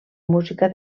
música